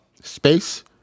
space